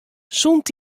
sûnt